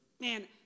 man